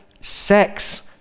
sex